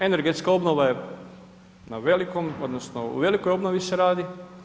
Energetska obnova je na velikom odnosno o velikoj obnovi se radi.